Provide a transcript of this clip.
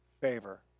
favor